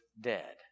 dead